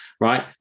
right